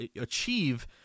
achieve